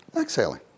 exhaling